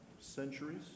centuries